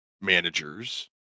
managers